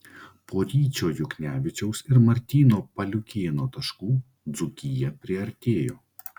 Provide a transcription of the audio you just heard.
po ryčio juknevičiaus ir martyno paliukėno taškų dzūkija priartėjo